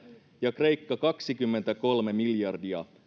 ja kreikka kaksikymmentäkolme miljardia